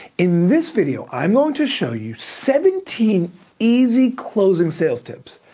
in this video i'm going to show you seventeen easy closing sales tips.